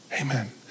Amen